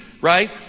right